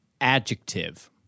Adjective